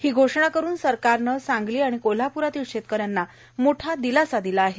ही घोषणा करून सरकरानं सांगली आणि कोल्हापुरातल्या शेतकऱ्यांना मोठा दिलासा दिला आहे